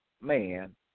man